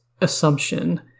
assumption